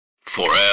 Forever